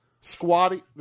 Squatty